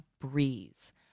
breeze